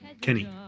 Kenny